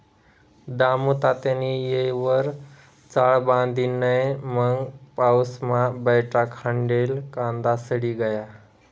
दामुतात्यानी येयवर चाळ बांधी नै मंग पाऊसमा बठा खांडेल कांदा सडी गया